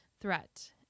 threat